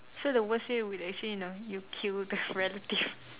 so the worst way would be actually you know you kill the relative